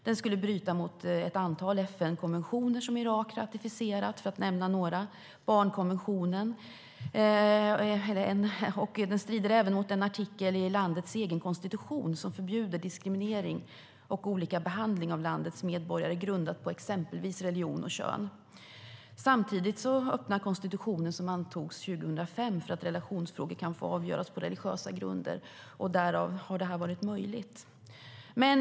Den skulle bryta mot ett antal FN-konventioner som Irak har ratificerat, för att nämna några. Det handlar bland annat om barnkonventionen. Den strider även mot en artikel i landets egen konstitution som förbjuder diskriminering och olika behandling av landets medborgare grundad på exempelvis religion och kön. Samtidigt öppnar konstitutionen, som antogs 2005, för att relationsfrågor kan få avgöras på religiösa grunder. Därav har detta varit möjligt.